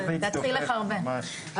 ושם יושבים חברי כנסת וזועקים מרה,